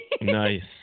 Nice